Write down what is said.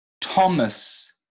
Thomas